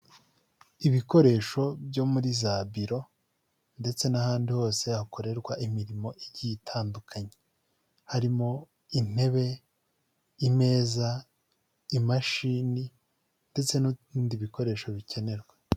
Ibikoresho byo muri za biro ndetse n'ahandi hose hakorerwa imirimo igiye itandukanye, harimo intebe, imeza, imashini ndetse n'ibindi bikoresho bikenerwa.